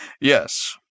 Yes